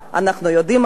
אנחנו יודעים על זה,